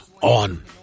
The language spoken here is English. On